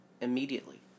immediately